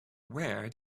where